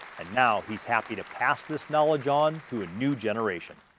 and now he's happy to pass this knowledge on to a new generation.